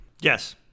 Yes